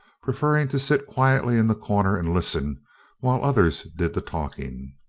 preferring to sit quietly in the corner and listen while others did the talking.